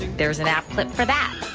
there's an app clip for that.